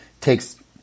takes